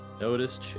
Notice